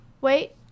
Wait